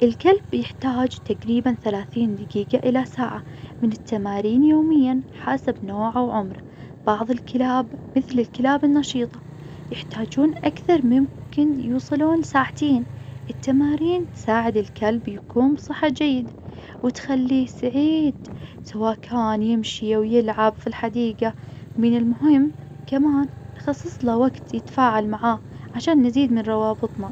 الكلب يحتاج تقريبا ثلاثين دقيقة إلى ساعة من التمارين يوميا حسب نوعه وعمره. بعض الكلاب مثل الكلاب النشيطة يحتاجون أكثر ممكن يوصلون ساعتين. التمارين تساعد الكلب يكون بصحة جيد، وتخليه سعيد سواء كان يمشي ويلعب في الحديقة. من المهم كمان نخصص له وقت يتفاعل معاه عشان نزيد من روابطنا.